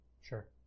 Sure